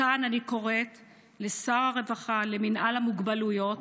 מכאן אני קוראת לשר הרווחה, למינהל המוגבלויות